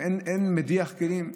אין מדיח כלים?